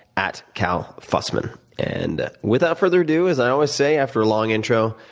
at calfussman. and without further ado, as i always say after a long intro,